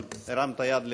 אבל הרמת יד לפני,